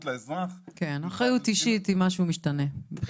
לאזרח --- כן, אחריות אישית אם משהו משתנה.